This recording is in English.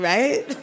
Right